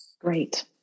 Great